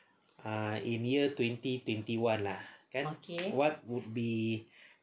ah in year twenty twenty one lah kan lah what would be